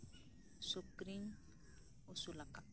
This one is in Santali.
ᱥᱩᱠᱨᱤᱧ ᱟᱹᱥᱩᱞᱟᱠᱟᱫ ᱠᱚᱣᱟ